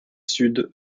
sud